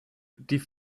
die